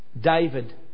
David